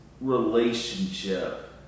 relationship